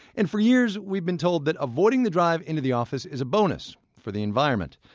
and for years, we've been told that avoiding the drive into the office is a bonus for the environment.